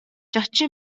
чахчы